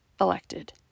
elected